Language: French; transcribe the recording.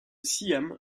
siam